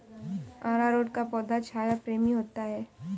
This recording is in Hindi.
अरारोट का पौधा छाया प्रेमी होता है